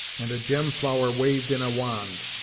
and a gem-flower waved in a wand!